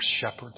shepherd